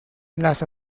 las